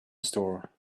store